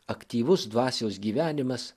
aktyvus dvasios gyvenimas